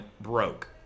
broke